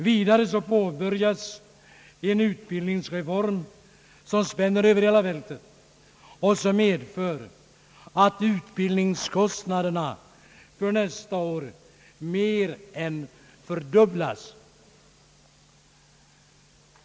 Vidare påbörjas en utbildningsreform som spänner över hela fältet och som medför att utbildningskostnaderna för nästa budgetår mer än fördubblas.